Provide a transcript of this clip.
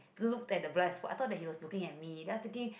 look at blind I thought he was looking at me then I was thinking